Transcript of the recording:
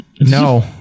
no